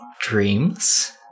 dreams